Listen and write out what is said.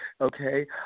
Okay